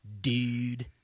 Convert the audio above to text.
Dude